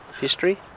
history